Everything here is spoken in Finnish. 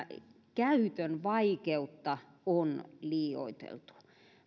käytön vaikeutta on liioiteltu